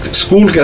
school